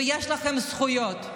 ויש לכן זכויות.